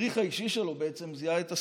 המדריך האישי שלו בעצם זיהה את הסיפור.